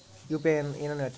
UPI ಏನನ್ನು ಹೇಳುತ್ತದೆ?